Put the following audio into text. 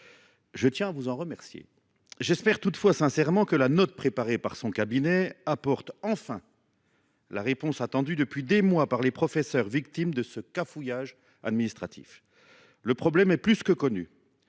Je tiens à vous en remercier. J’espère toutefois sincèrement que la note préparée par son cabinet apportera enfin la réponse attendue depuis des mois par les professeurs victimes d’un cafouillage administratif. Le problème est plus que connu.